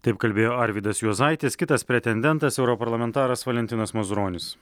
taip kalbėjo arvydas juozaitis kitas pretendentas europarlamentaras valentinas mazuronis